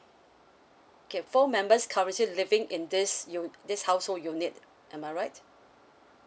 okay four members currently living in this you this household unit am I right